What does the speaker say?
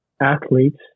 athletes